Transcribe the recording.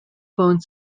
phone